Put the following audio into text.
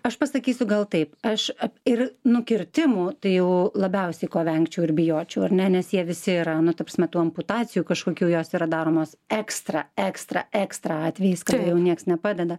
aš pasakysiu gal taip aš ir nukirtimų tai jau labiausiai ko vengčiau ir bijočiau ar ne nes jie visi yra nu ta prasme amputacijų kažkokių jos yra daromos ekstra ekstra ekstra atvejais kai jau niekas nepadeda